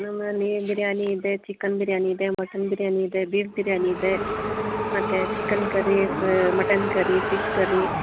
ನಮ್ಮಲ್ಲಿ ಬಿರ್ಯಾನಿ ಇದೆ ಚಿಕನ್ ಬಿರ್ಯಾನಿ ಇದೆ ಮಟನ್ ಬಿರ್ಯಾನಿ ಇದೆ ಬೀಫ್ ಬಿರ್ಯಾನಿ ಇದೆ ಮತ್ತೆ ಚಿಕನ್ ಕರಿ ಫ ಮಟನ್ ಕರಿ ಫಿಶ್ ಕರಿ